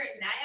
now